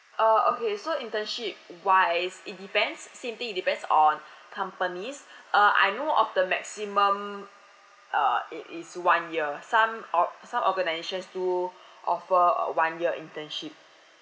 uh okay so internship wise it depends same thing it depends on companies uh I know of the maximum uh it is one year some or~ some organisations do offer uh one year internship